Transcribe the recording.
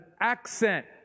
accent